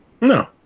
No